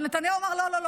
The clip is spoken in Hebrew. אבל נתניהו אמר: לא לא לא,